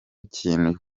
kintu